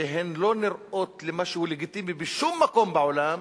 שלא נראות משהו לגיטימי בשום מקום בעולם,